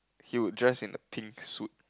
he would dress in a pink suit